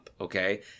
okay